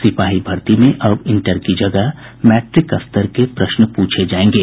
सिपाही भर्ती में अब इंटर की जगह मैट्रिक स्तर के प्रश्न पूछे जायेंगे